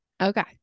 okay